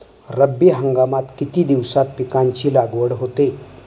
रब्बी हंगामात किती दिवसांत पिकांची लागवड होते?